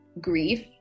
grief